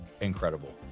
incredible